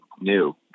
new